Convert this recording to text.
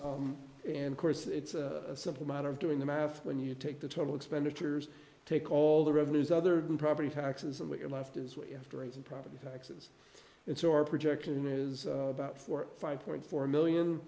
taxes and course it's a simple matter of doing the math when you take the total expenditures take all the revenues other than property taxes and what you're left is what you have to raise in property taxes it's our projection is about four five point four million